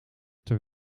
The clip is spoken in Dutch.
ter